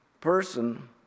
person